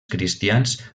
cristians